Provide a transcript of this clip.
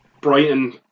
Brighton